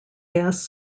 gas